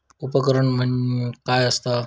उपकरण काय असता?